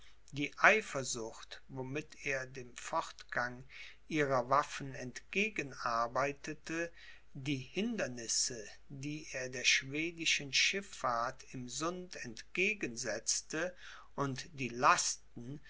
die eifersucht womit er dem fortgang ihrer waffen entgegenarbeitete die hindernisse die er der schwedischen schifffahrt im sund entgegensetzte und die lasten